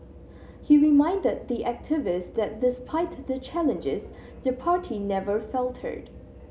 he reminded the activists that despite the challenges the party never faltered